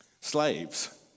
slaves